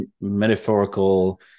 metaphorical